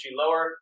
lower